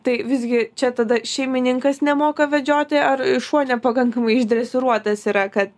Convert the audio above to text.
tai visgi čia tada šeimininkas nemoka vedžioti ar šuo nepakankamai išdresiruotas yra kad